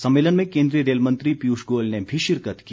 सम्मेलन में कोन्द्रीय रेल मंत्री पीयूष गोयल ने भी शिरकत की